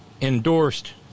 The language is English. endorsed